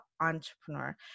entrepreneur